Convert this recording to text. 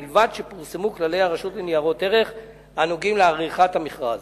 ובלבד שפורסמו כללי הרשות לניירות ערך הנוגעים לעריכת המכרז.